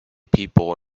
people